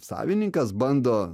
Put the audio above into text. savininkas bando